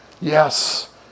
Yes